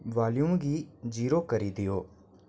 volume गी zero करी देओ